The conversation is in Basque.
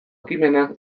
ekimenak